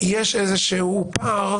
יש איזשהו פער